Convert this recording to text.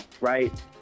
Right